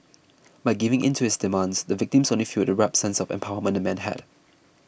by giving in to his demands the victim only fuelled the warped sense of empowerment the man had